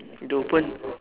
door open